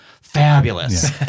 fabulous